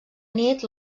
nit